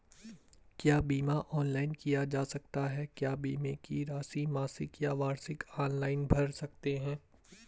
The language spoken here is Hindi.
क्या बीमा ऑनलाइन किया जा सकता है क्या बीमे की राशि मासिक या वार्षिक ऑनलाइन भर सकते हैं?